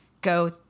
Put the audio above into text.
go